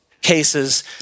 cases